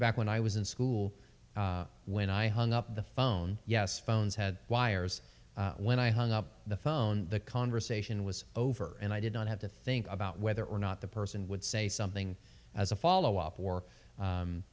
back when i was in school when i hung up the phone yes phones had wires when i hung up the phone the conversation was over and i did not have to think about whether or not the person would say something as a follow up or